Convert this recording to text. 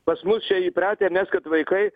pas mus čia įpratę nes kad vaikai